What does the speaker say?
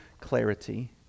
clarity